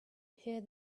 hear